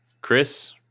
Chris